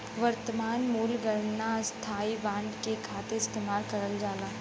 वर्तमान मूल्य गणना स्थायी बांड के खातिर इस्तेमाल करल जाला